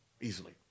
easily